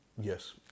yes